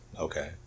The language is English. Okay